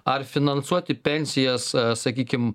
ar finansuoti pensijas sakykim